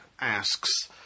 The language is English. asks